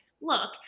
look